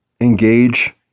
engage